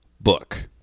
book